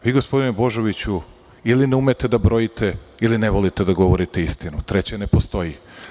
Vi gospodine Božoviću ili ne umete da brojite, ili ne volite da govorite istinu, treće ne postoji.